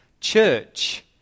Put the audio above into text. church